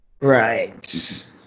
Right